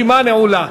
הרשימה נעולה.